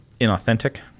inauthentic